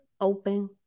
open